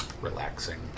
Relaxing